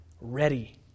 ready